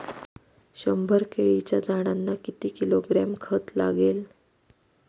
शंभर केळीच्या झाडांना किती किलोग्रॅम खत लागेल?